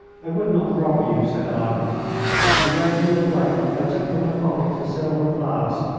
i would not rob you, said i and raising the cloak i took from the pockets a silver flask,